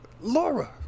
laura